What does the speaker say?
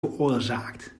veroorzaakt